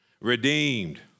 Redeemed